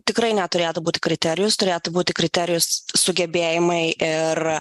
tikrai neturėtų būti kriterijus turėtų būti kriterijus sugebėjimai ir